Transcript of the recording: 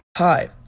Hi